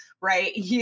right